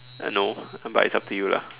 I don't know but it's up to you lah